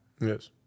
Yes